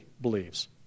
believes